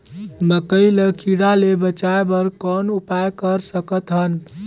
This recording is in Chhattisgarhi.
मकई ल कीड़ा ले बचाय बर कौन उपाय कर सकत हन?